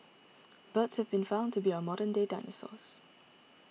birds have been found to be our modern day dinosaurs